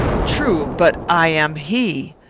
true, but i am he.